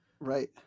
Right